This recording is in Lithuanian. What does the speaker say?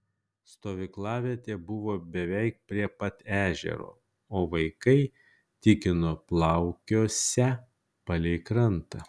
stovyklavietė buvo beveik prie pat ežero o vaikai tikino plaukiosią palei krantą